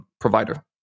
provider